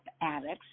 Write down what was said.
addicts